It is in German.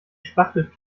spachtelt